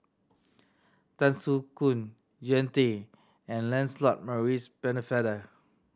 Tan Soo Khoon Jean Tay and Lancelot Maurice Pennefather